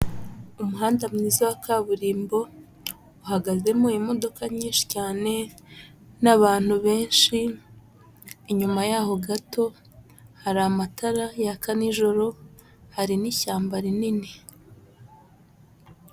Umuhanda mwiza wa kaburimbo uhagazemo imodoka nyinshi cyane n'abantu benshi, inyuma yaho gato hari amatara yaka nijoro, hari n'ishyamba rinini.